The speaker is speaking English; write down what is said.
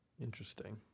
interesting